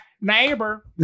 Neighbor